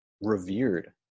revered